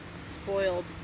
Spoiled